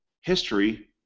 history